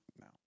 no